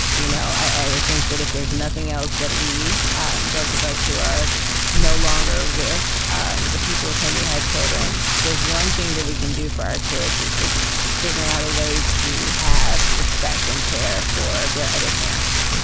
you know i think that if there's nothing else that we um those of us who are no longer with um the people with whom we had children. if there's one thing that we can do for our kids it's figuring out a way to have respect and care for their other parents.